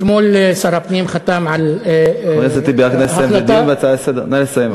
אתמול שר הפנים חתם על, חבר הכנסת טיבי, נא לסיים.